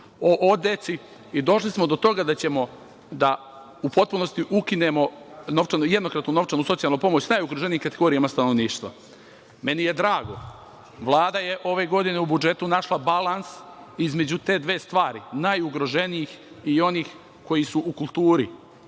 o deci. Došli smo do toga da ćemo da u potpunosti ukinemo jednokratnu novčanu socijalnu pomoć najugroženijim kategorijama stanovništva. Meni je drago, Vlada je ove godine u budžetu našla balans između te dve stvari, najugroženijih i onih koji su u kulturi.